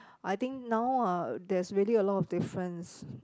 I think now ah there's really a lot of difference